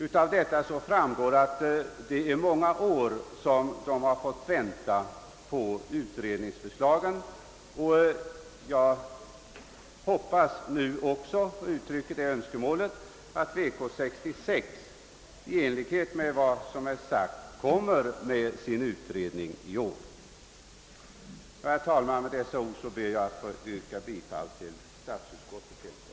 Man har alltså fått vänta på ett utredningsförslag under många år, och jag uttrycker ett bestämt önskemål om att VK 66, i enlighet med vad som är sagt i utlåtandet, framlägger resultatet av sin utredning i år. Herr talman! Med dessa ord ber jag att få yrka bifall till utskottets hemställan.